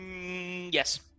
yes